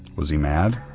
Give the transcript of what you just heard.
was he mad,